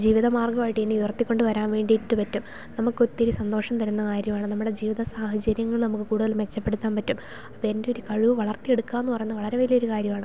ജീവിതമാർഗമായിട്ട് ഇനി ഉയർത്തി കൊണ്ടുവരുവാൻ വേണ്ടിയിട്ട് പറ്റും നമുക്ക് ഒത്തിരി സന്തോഷം തരുന്ന കാര്യമാണ് നമ്മുടെ ജീവിത സാഹചര്യം കൊണ്ട് നമുക്ക് കൂടുതൽ മെച്ചപ്പെടുത്താൻ പറ്റും അപ്പം എൻ്റെ രു കഴിവ് വളർത്തി എടുക്കാമെന്നു പറയുന്നത് വളരേ വലിയ ഒരുകാര്യമാണ്